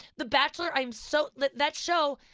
the bachelor, um so like that show,